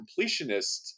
completionist